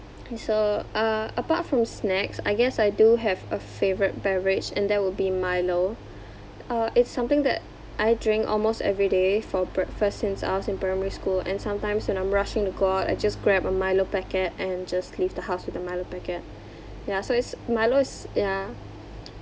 K so uh apart from snacks I guess I do have a favourite beverage and that will be Milo uh it's something that I drink almost every day for breakfast since I was in primary school and sometimes when I'm rushing to go out I just grab a Milo packet and just leave the house with the Milo packet ya so it's Milo is ya